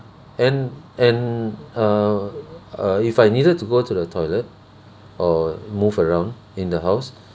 and and err uh if I needed to go to the toilet or move around in the house